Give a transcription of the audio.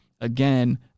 again